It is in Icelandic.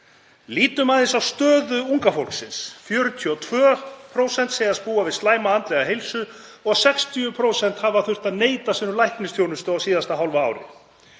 Lítum aðeins á stöðu unga fólksins. 42% segjast búa við slæma andlega heilsu og 60% hafa þurft að neita sér um læknisþjónustu á síðasta hálfa ári.